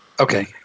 Okay